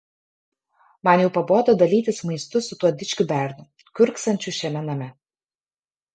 man jau pabodo dalytis maistu su tuo dičkiu bernu kiurksančiu šiame name